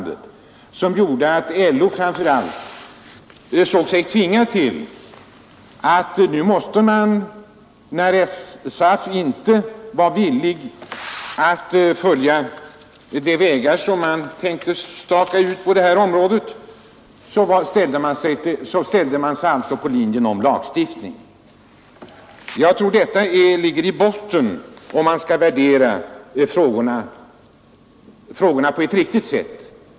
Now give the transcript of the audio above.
Det medförde att framför allt LO såg sig tvingad att kräva lagstiftning, när SAF inte var villig att följa de vägar som LO tänkte staka ut. Jag tror att detta bör ligga i botten om man skall värdera frågorna på ett riktigt sätt.